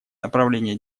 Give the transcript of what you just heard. направление